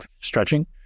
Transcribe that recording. stretching